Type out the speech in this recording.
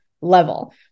level